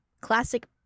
classic